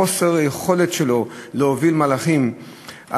חוסר היכולת שלו להוביל מהלכים,